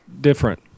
different